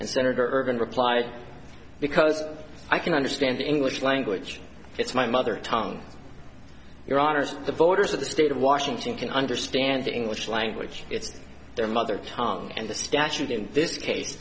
and senator herb and replied because i can understand the english language it's my mother tongue your honour's the voters of the state of washington can understand the english language it's their mother tongue and the statute in this case